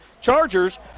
Chargers